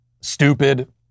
stupid